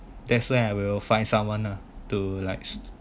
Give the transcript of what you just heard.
that's why I will find someone ah to like